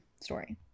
story